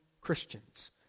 Christians